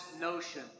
notion